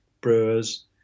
brewers